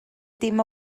dim